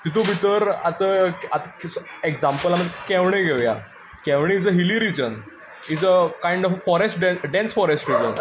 तितूंत भितर आतां आतां एक्झांपल आमी केवणें घेव्या केवणें is a hilly region is a kind of forest dense forest reason